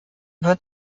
wird